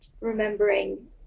remembering